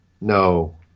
No